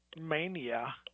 mania